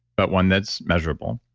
but one that's measurable.